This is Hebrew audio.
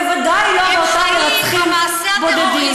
ודאי לא באותם מרצחים בודדים,